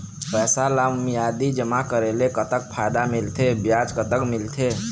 पैसा ला मियादी जमा करेले, कतक फायदा मिलथे, ब्याज कतक मिलथे?